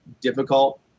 difficult